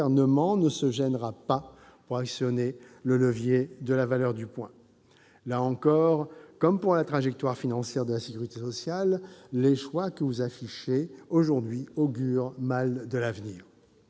ne se gênera pas pour actionner le levier de la valeur du point ? Comme pour la trajectoire financière de la sécurité sociale, les choix que vous affichez aujourd'hui augurent mal de l'avenir.